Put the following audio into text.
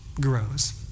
grows